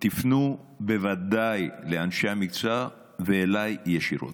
תפנו בוודאי לאנשי המקצוע ואליי ישירות.